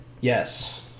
Yes